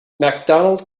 macdonald